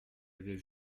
avait